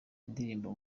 indirimbo